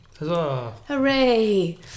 Hooray